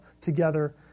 together